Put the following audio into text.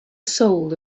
soul